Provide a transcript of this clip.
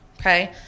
okay